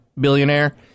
billionaire